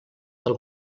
del